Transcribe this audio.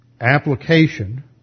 application